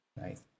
nice